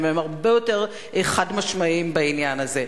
והם הרבה יותר חד-משמעיים בעניין הזה.